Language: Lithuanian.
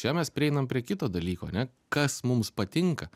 čia mes prieinam prie kito dalyko ane kas mums patinka